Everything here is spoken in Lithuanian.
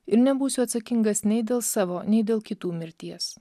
ir nebūsiu atsakingas nei dėl savo nei dėl kitų mirties